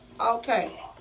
okay